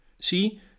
See